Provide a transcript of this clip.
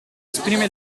esprime